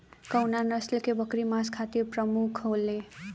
कउन नस्ल के बकरी मांस खातिर प्रमुख होले?